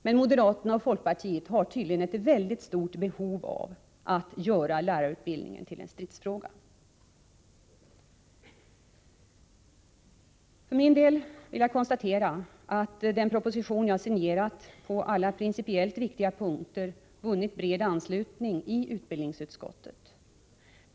Men moderaterna och folkpartiet har tydligen ett väldigt stort behov av att göra lärarutbildningen till en stridsfråga. För min del vill jag konstatera att den proposition jag signerat på alla principiellt viktiga punkter har vunnit bred anslutning i utbildningsutskottet.